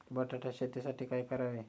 बटाटा शेतीसाठी काय करावे?